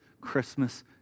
Christmas